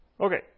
Okay